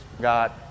got